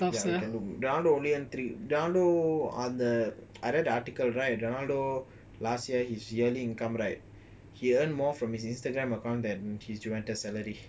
ya you can do ronaldo I read the article right ronaldo last year he his yearly income right like he earn more from his instagram's account than his junventus's salary